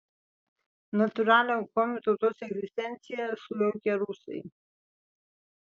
natūralią komių tautos egzistenciją sujaukė rusai